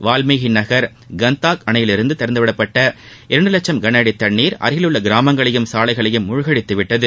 வால்மீகி நகர் கந்தாக் அணையிலிருந்து திறந்துவிடப்பட்ட இரண்டு லட்சம் கன அடி தண்ணீர் அருகிலுள்ள கிராமங்களையும் சாலைகளையும் மூழ்கடித்து விட்டது